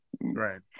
Right